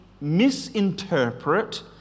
misinterpret